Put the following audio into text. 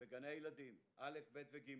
בגני הילדים, א', ב' ו-ג'